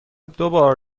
دوبار